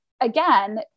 again